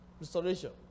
Restoration